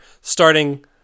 starting